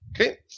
Okay